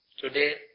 today